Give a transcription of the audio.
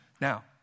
Now